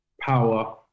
Power